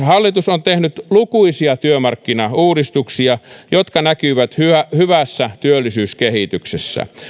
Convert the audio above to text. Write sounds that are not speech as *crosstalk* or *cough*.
*unintelligible* hallitus on tehnyt lukuisia työmarkkinauudistuksia jotka näkyvät hyvässä hyvässä työllisyyskehityksessä